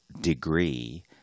degree